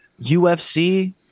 UFC